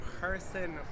person